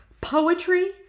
Poetry